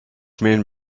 men